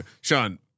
Sean